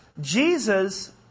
Jesus